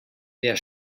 der